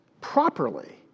properly